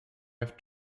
have